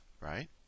right